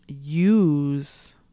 use